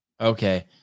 Okay